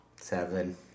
seven